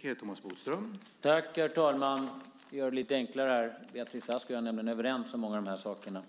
Herr talman! Jag gör det lite enklare här. Beatrice Ask och jag är nämligen överens om många av de här sakerna.